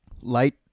Light